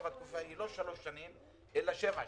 התקופה היא לא שלוש שנים אלא שבע שנים.